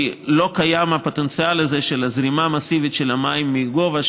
כי לא קיים הפוטנציאל הזה של זרימה מסיבית של המים מגובה,